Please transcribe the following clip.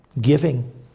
giving